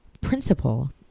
principle